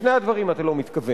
לשני הדברים אתה לא מתכוון.